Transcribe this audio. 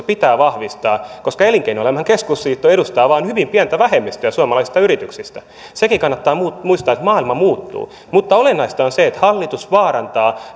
pitää vahvistaa koska elinkeinoelämän keskusliitto edustaa vain hyvin pientä vähemmistöä suomalaisista yrityksistä sekin kannattaa muistaa että maailma muuttuu mutta olennaista on se että hallitus vaarantaa